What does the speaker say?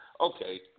Okay